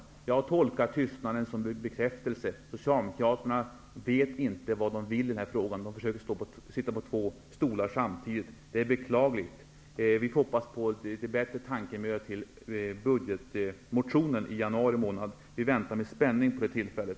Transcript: Jag tolkar tystnaden som en bekräftelse på att Socialdemokraterna inte vet vad de vill i den här frågan. De sitter på två stolar samtidigt. Det är beklagligt. Vi får hoppas på litet bättre tankemöda till budgetmotionen i januari månad. Vi väntar med spänning på det tillfället.